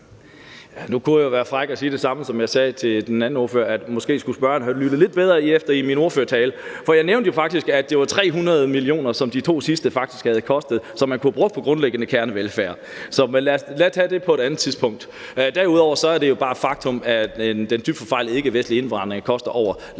Nu kunne jeg jo være fræk og sige det samme, som jeg sagde til den anden ordfører: at måske skulle spørgeren have lyttet lidt bedre efter min ordførertale. For jeg nævnte jo faktisk, at det var 300 mio. kr., som de to sidste faktisk havde kostet, som man kunne have brugt på grundlæggende kernevelfærd. Men lad os tage det på et andet tidspunkt. Derudover er det jo bare et faktum, at den dybt forfejlede ikkevestlige indvandring koster danske